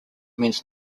means